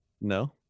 No